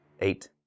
Eight